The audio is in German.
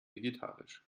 vegetarisch